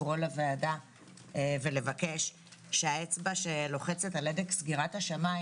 לקרוא לוועדה ולבקש שהאצבע שלוחצת על הדק סגירת השמיים